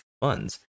funds